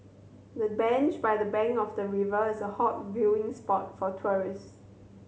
the bench by the bank of the river is a hot viewing spot for tourist